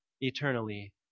eternally